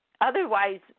Otherwise